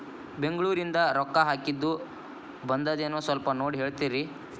ಬೆಂಗ್ಳೂರಿಂದ ರೊಕ್ಕ ಹಾಕ್ಕಿದ್ದು ಬಂದದೇನೊ ಸ್ವಲ್ಪ ನೋಡಿ ಹೇಳ್ತೇರ?